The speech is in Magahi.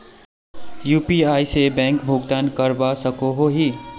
यु.पी.आई से बैंक भुगतान करवा सकोहो ही?